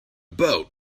boat